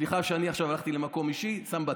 סליחה שאני עכשיו הלכתי למקום אישי, שם בצד.